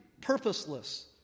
purposeless